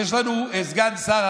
יש לנו סגן שר,